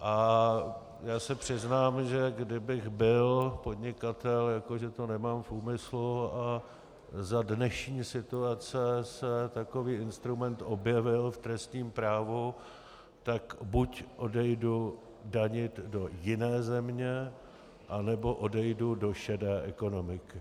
A já se přiznám, že kdybych byl podnikatel, jako že to nemám v úmyslu, a za dnešní situace se takový instrument objevil v trestním právu, tak buď odejdu danit do jiné země, anebo odejdu do šedé ekonomiky.